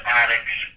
addicts